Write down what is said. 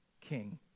King